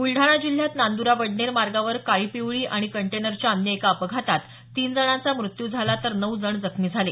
ब्लडाणा जिल्ह्यात नांद्रा वडनेर मार्गावर काळी पिवळी आणि कंटेनरच्या अन्य एका अपघातात तीन जणांचा मृत्यू झाला तर नऊ जण जखमी झाले